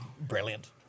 brilliant